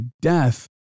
death